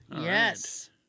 Yes